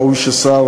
ראוי ששר